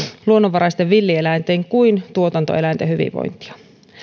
luonnonvaraisten villieläinten kuin tuotantoeläinten hyvinvointia